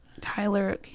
Tyler